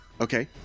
Okay